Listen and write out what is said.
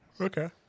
Okay